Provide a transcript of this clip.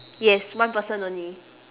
yes one person only